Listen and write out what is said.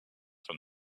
from